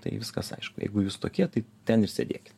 tai viskas aišku jeigu jūs tokie tai ten ir sėdėkit